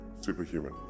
superhuman